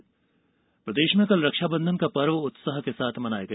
रक्षाबंधन पर्व प्रदेश में रक्षाबंधन का पर्व उत्साह के साथ मनाया गया